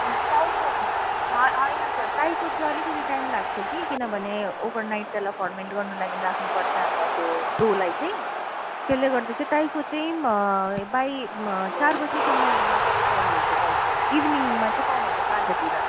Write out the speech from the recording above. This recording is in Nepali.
यो टाइफो है होइन सर टाइफो चाहिँ अलिकति टाइम लाग्छ कि किनभने ओभर नाइट त्यसलाई फर्मेन्ट गर्नु लागि राख्नुपर्छ हामीलाई त्यो डोलाई चाहिँ त्यसले गर्दा चाहिँ टाइफो चाहिँ बाई चार बजीसम्ममा तपाईँ पाउनु सक्नुहुन्छ टाइफो इभिनिङमा चाहिँ पाउनु हुन्छ साँझतिर